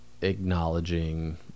acknowledging